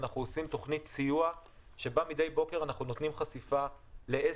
אנחנו עושים תוכנית סיוע שבה מידי בוקר אנחנו נותנים חשיפה לעסק